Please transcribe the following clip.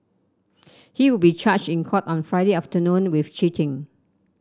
he will be charged in court on Friday afternoon with cheating